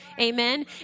Amen